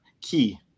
key